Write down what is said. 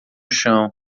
chão